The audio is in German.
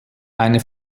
eine